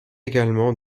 également